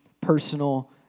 personal